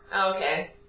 Okay